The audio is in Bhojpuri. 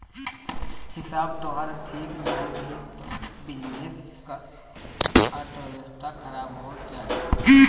हिसाब तोहार ठीक नाइ रही तअ बिजनेस कअ अर्थव्यवस्था खराब हो जाई